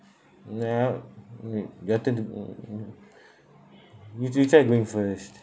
ya mm better to mm mm you you try going first